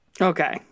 Okay